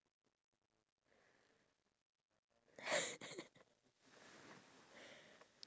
and the birds actually eat the chicken so I don't know how